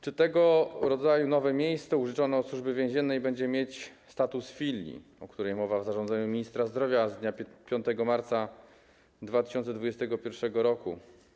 Czy tego rodzaju nowe miejsce użyczone od Służby Więziennej będzie mieć status filii, o której mowa w zarządzeniu ministra zdrowia z dnia 5 marca 2021 r.